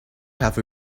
have